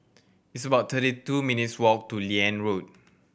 it's about thirty two minutes' walk to Liane Road